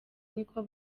niko